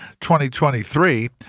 2023